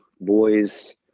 boys